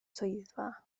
swyddfa